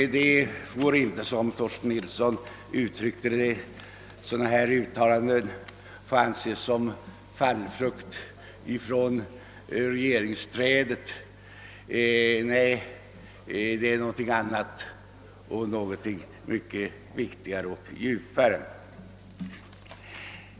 Sådana här uttalanden får inte, såsom Torsten Nilsson uttryckte det, anses som »fallfrukt från regeringsträdet«. Nej, de representerar någonting annat och någonting mycket viktigare och djupare.